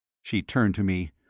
she turned to me.